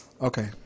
okay